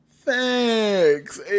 Thanks